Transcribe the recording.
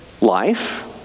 life